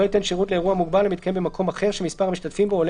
ייתן שירות לאירוע מוגבל המתקיים במקום אחר שמספר המשתתפים בו עולה